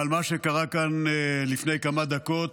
אבל מה שקרה כאן לפני כמה דקות,